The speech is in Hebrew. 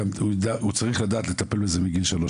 הוא צריך לדעת לטפל בזה מגיל שלוש,